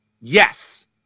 yes